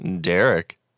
Derek